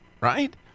right